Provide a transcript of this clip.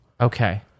Okay